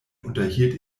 unterhielt